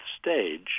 stage